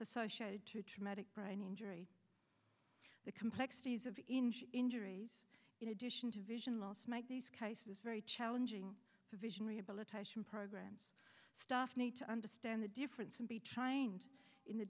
associated to a traumatic brain injury the complexities of injuries in addition to vision loss make these cases very challenging for vision rehabilitation programs staff need to understand the difference and be trying in the